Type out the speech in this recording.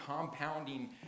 compounding